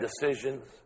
decisions